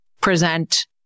present